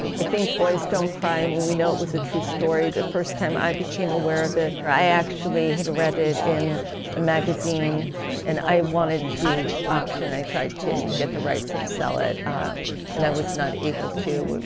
i think boys don't cry, i mean we know it was a true story, the first time i became aware of it i actually had read it in a magazine and i wanted to option it. i tried to get the rights and sell it um and i was not able to do it.